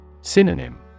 Synonym